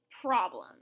problem